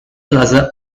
plaza